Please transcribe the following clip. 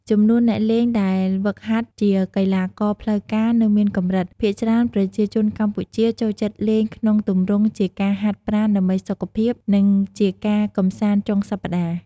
ចំនួនអ្នកលេងដែលហ្វឹកហាត់ជាកីឡាករផ្លូវការ នៅមានកំរិត ភាគច្រើនប្រជាជនកម្ពុជាចូលចិត្តលេងក្នុងទំរង់ជាការហាត់ប្រាណដើម្បីសុខភាព និងជាការកំសាន្តចុងសប្ដាហ៍។